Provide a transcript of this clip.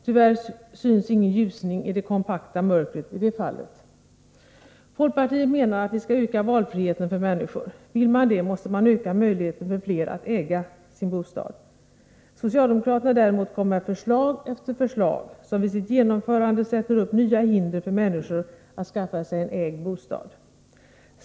Tyvärr syns ingen ljusning i det kompakta mörkret i det fallet. Folkpartiet menar att vi skall öka valfriheten för människor. Vill man det måste man öka möjligheten för fler att äga sin bostad. Socialdemokraterna däremot kommer med förslag efter förslag, som om de genomförs sätter upp nya hinder för människor att skaffa sig en egen bostad.